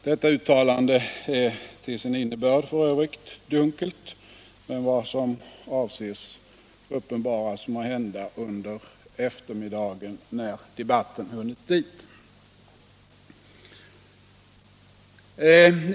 Detta uttalandes innebörd är f. ö. dunkel, men vad som avses uppenbaras måhända under eftermiddagen när debatten hunnit dit.